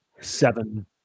seven